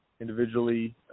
individually